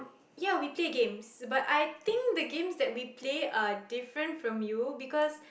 ya we play games but I think the games that we play are different from you because